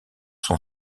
son